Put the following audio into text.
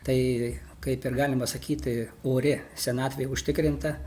tai kaip ir galima sakyti ori senatvė užtikrinta